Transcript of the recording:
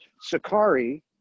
Sakari